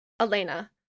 Elena